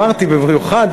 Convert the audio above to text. אמרתי במיוחד,